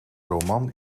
roman